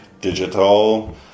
digital